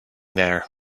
there